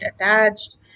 attached